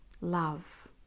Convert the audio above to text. Love